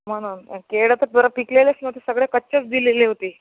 म्हणून केळं तर बरं पिकलेलेच नव्हते सगळे कच्चेच दिलेले होते